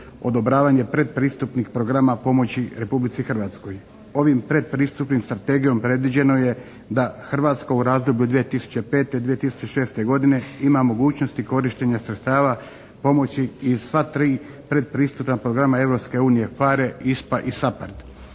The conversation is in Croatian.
odobravanje predpristupnih programa pomoći Republici Hrvatskoj. Ovim predpristupnom strategijom predviđeno je da Hrvatska u razdoblju 2005./2006. godine ima mogućnosti korištenja sredstava pomoći iz sva tri predpristupna programa Europske unije PHARE, ISPA i SAPHARD